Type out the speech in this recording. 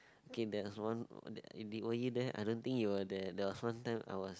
K there's one were you there I don't think you were there there was one time I was